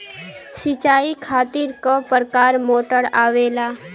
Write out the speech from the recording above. सिचाई खातीर क प्रकार मोटर आवेला?